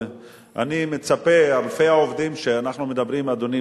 הפרשה הזאת,